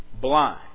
blind